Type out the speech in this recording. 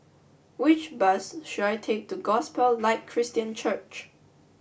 which bus should I take to Gospel Light Christian Church